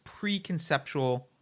preconceptual